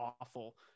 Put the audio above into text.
awful